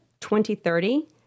2030